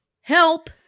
Help